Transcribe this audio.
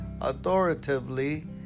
authoritatively